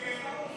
94 חברי